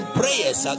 prayers